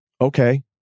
Okay